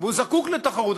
והוא זקוק לתחרות.